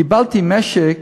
קיבלתי משק